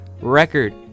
record